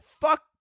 Fuck